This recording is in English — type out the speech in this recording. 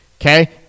Okay